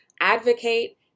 advocate